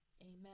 Amen